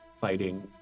fighting